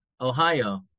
Ohio